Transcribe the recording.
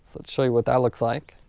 let's show you what that looks like,